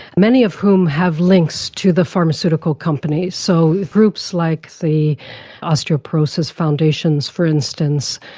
many of whom have links to the pharmaceutical companies. so groups like the osteoporosis foundations, for instance,